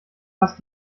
passt